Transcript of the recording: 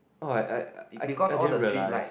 oh I I I didn't realise